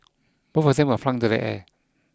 both of them were flung into the air